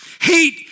Hate